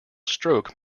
stroke